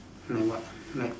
my what like